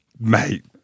Mate